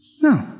No